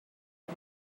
you